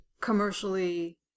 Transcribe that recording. commercially